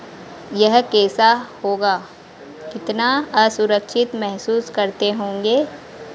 यह कैसा होगा कितना असुरक्षित महसूस करते होंगे